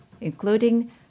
including